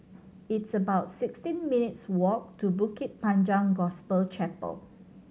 it's about sixteen minutes' walk to Bukit Panjang Gospel Chapel